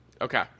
Okay